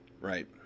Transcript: right